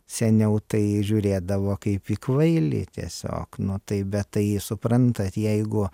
seniau tai žiūrėdavo kaip į kvailį tiesiog nu tai bet tai suprantat jeigu